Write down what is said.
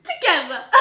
together